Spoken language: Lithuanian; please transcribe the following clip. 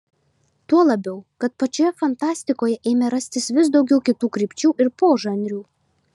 tuo labiau kad pačioje fantastikoje ėmė rastis vis daugiau kitų krypčių ir požanrių